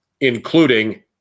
including